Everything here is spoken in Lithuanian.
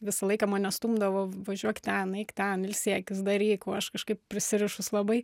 visą laiką mane stumdavo važiuok ten eik ten ilsėkis daryk o aš kažkaip prisirišus labai